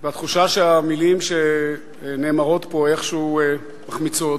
והתחושה היא שהמלים שנאמרות פה איכשהו מחמיצות.